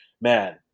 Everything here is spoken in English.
man